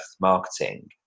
marketing